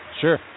Sure